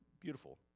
beautiful